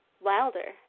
wilder